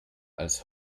als